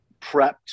prepped